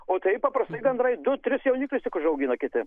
o taip paprastai gandrai du tris jauniklius tik užaugina kiti